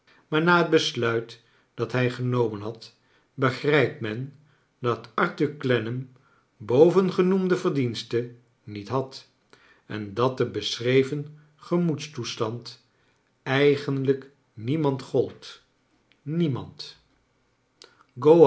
maar na het besluit dat hij genomen had begrijpt men dat arthur clennam bovengenoemde verdiens ten niet had en dat de beschreven gemoedstoestand eigenlijk niemand gold niemand